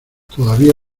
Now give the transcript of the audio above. todavía